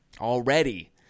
already